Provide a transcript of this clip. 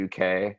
UK